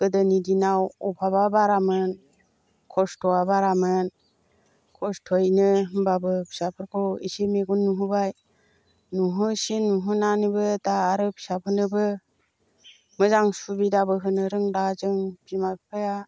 गोदोनि दिनाव अभाबआ बारामोन खस्त'आ बारामोन खस्त'यैनो होनबाबो फिसाफोरखौ एसे मेगन नुहोबाय नुहोसे नुहोनानैबो दा आरो फिसाफोरनोबो मोजां सुबिदाबो होनो रोंला जों बिमा बिफाया